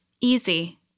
Easy